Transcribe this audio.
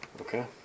Okay